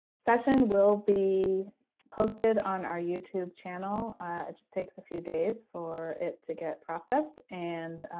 session will be posted on our youtube channel just takes a few days for it to get processed and